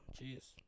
Jeez